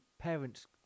parents